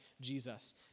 Jesus